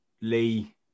Lee